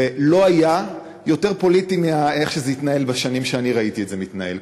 ולא היה יותר פוליטי מהדרך שבה זה התנהל בשנים שאני ראיתי את זה מתנהל.